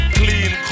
clean